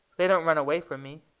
they don't run away from me.